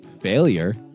failure